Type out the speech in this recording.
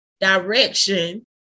direction